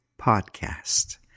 Podcast